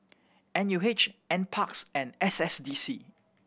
N U H N Parks and S S D C